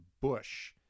Bush